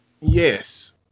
Yes